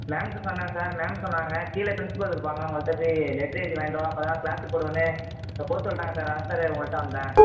மேம்ட்ட சொன்னேங்க sir ma'am சொன்னாங்க கீழே பிரின்சிபல் இருப்பாங்க அவங்கள்ட்ட போய் லெட்ரு எழுதி வாய்ன்ட்டு வா அப்போ தான் கிளாஸுக்கு விடுவேன்னு போக சொல்லிட்டாங்க சார் அதான் சார் உங்கள்ட்ட வந்தேன்